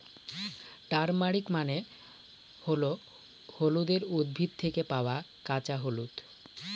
turmeric মানে হল হলুদের উদ্ভিদ থেকে পাওয়া কাঁচা হলুদ